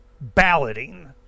balloting